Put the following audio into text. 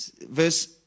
Verse